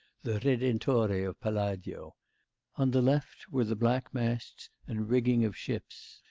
the redentore of palladio on the left were the black masts and rigging of ships,